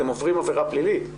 אתם עוברים עבירה לילית.